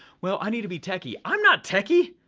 well, i need to be techy. i'm not techy.